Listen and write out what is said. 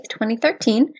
2013